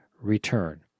return